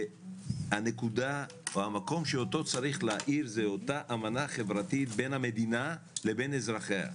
שהמקום שאותו צריך להאיר זה אותה אמנה חברתית בין המדינה לבין אזרחיה,